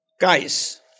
guys